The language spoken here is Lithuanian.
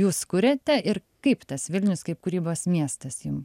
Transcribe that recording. jūs kuriate ir kaip tas vilnius kaip kūrybos miestas jum